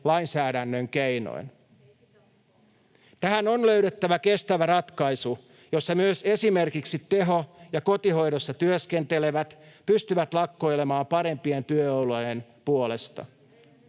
Juvosen välihuuto] Tähän on löydettävä kestävä ratkaisu, jossa myös esimerkiksi teho- ja kotihoidossa työskentelevät pystyvät lakkoilemaan parempien työolojen puolesta.